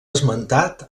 esmentat